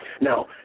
now